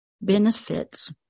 benefits